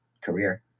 career